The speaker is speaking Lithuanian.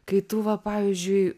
kai tu va pavyzdžiui